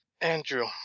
Andrew